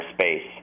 space